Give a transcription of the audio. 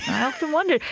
i often wonder,